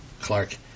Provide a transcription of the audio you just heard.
Clark